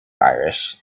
irish